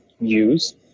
use